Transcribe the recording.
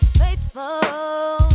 faithful